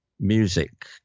Music